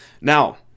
Now